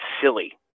silly